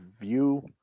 view